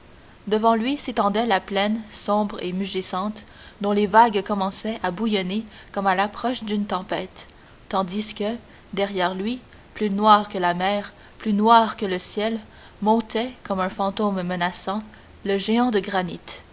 devant lui s'étendait la plaine sombre et mugissante dont les vagues commençaient à bouillonner comme à l'approche d'une tempête tandis que derrière lui plus noir que la mer plus noir que le ciel montait comme un fantôme menaçant le géant de granit